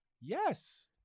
Yes